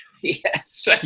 Yes